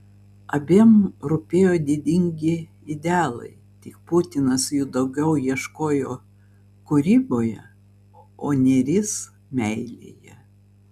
abiem rūpėjo didingi idealai tik putinas jų daugiau ieškojo kūryboje o nėris meilėje